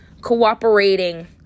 cooperating